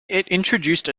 introduced